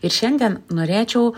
ir šiandien norėčiau